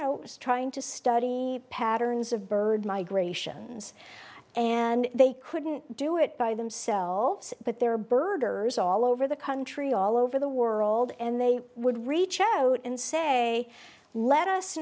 know trying to study patterns of bird migration and they couldn't do it by themselves but they're birders all over the country all over the world and they would reach out and say let us